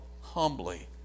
humbly